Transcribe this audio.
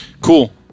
cool